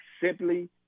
simply